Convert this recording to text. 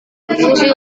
berfungsi